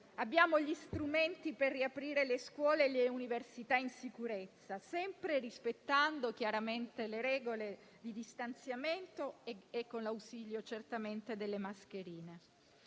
Abbiamo gli strumenti per riaprire le scuole e le università in sicurezza, sempre rispettando chiaramente le regole di distanziamento e con l'ausilio certamente delle mascherine.